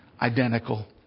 identical